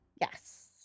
Yes